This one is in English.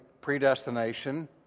predestination